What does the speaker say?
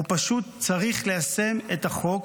הוא פשוט צריך ליישם את החוק